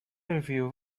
review